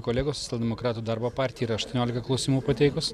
kolegos ir socialdemokratų darbo partija yra aštuoniolika klausimų pateikus